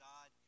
God